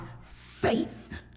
faith